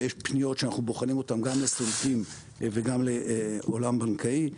יש פניות שאנחנו בוחנים אותן גם לסולקים וגם לעולם בנקאי.